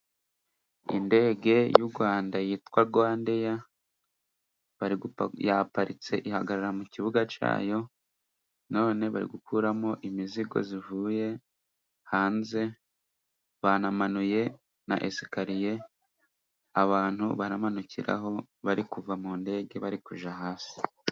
Indege y'u Rwanda yitwa Rwandeya yaparitse ihagarara mu kibuga cyayo none bari gukuramo imizigo ivuye hanze, banamanuye na esikariye abantu baramanukiraho bari kuva mu ndege bari kujya hasi.